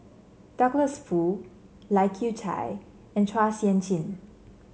Douglas Foo Lai Kew Chai and Chua Sian Chin